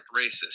racist